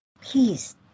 please